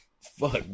fuck